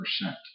percent